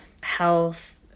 health